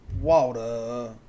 water